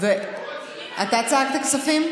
אתה צעקת כספים?